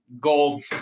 gold